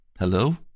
Hello